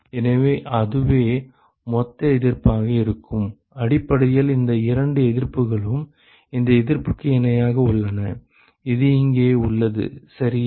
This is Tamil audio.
எனவே அதுவே மொத்த எதிர்ப்பாக இருக்கும் அடிப்படையில் இந்த இரண்டு எதிர்ப்புகளும் இந்த எதிர்ப்பிற்கு இணையாக உள்ளன இது இங்கே உள்ளது சரியா